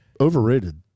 Overrated